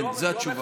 כן, זו התשובה.